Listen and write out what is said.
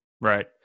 Right